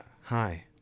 Hi